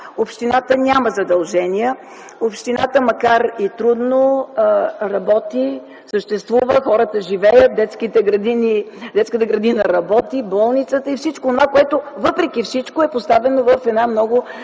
Общината няма задължения, общината, макар и трудно, работи, съществува, хората живеят, детската градина работи, болницата и всичко онова, което, въпреки всичко, е поставено в една много